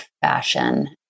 fashion